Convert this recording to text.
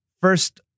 First